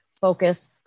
focus